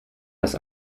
das